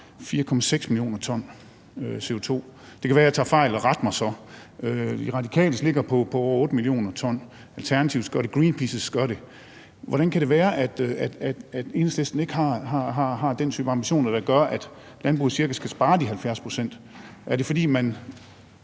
4,6 mio. t CO2. Det kan være, jeg tager fejl, men ret mig så. De Radikales ligger på over 8 mio. t CO2 – Alternativets gør det, Greenpeaces gør det. Hvordan kan det være, at Enhedslisten ikke har den type ambitioner, der gør, at landbruget skal spare de cirka 70 pct.? Er det, fordi man